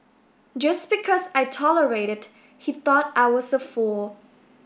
just because I tolerated he thought I was a fool